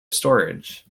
storage